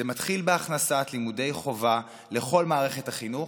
זה מתחיל בהכנסת לימודי חובה לכל מערכת החינוך,